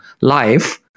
life